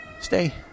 stay